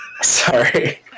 Sorry